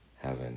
heaven